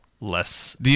less